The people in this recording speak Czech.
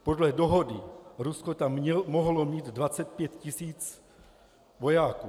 Podle dohody Rusko tam mohlo mít 25 tisíc vojáků.